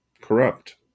corrupt